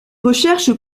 recherches